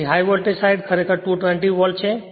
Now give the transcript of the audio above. તેથી high voltage side ખરેખર 220 volt છે